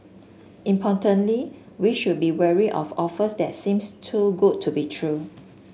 importantly we should be wary of offers that seems too good to be true